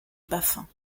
baffin